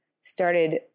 started